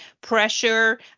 pressure